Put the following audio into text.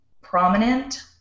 prominent